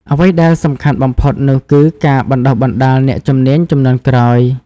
អ្វីដែលសំខាន់បំផុតនោះគឺការបណ្ដុះបណ្ដាលអ្នកជំនាញជំនាន់ក្រោយ។